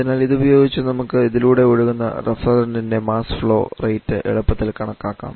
അതിനാൽ ഇത് ഉപയോഗിച്ച് നമുക്ക് ഇതിലൂടെ ഒഴുകുന്ന റെഫ്രിജറന്റ്ൻറെ മാസ് ഫ്ലോ റേറ്റ് എളുപ്പത്തിൽ കണക്കാക്കാം